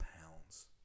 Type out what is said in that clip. pounds